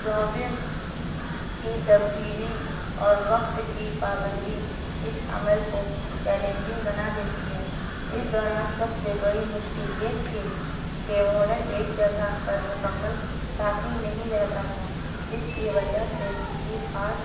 ضوابط کی تبدیلی اور وقت کی پابندی اس عمل کو چیلنجنگ بنا دیتی ہے اس دوران سب سے بڑی مشکل یہ تھے کہ ماڈل ایک جگہ پر مکمل ساکن نہیں رہتا تھا جس کی وجہ سے کسی خاص